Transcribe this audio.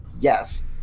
Yes